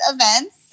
events